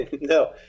No